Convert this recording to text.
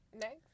Next